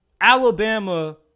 Alabama